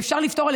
ואפשר לפתור,